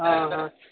ହଁ ହଁ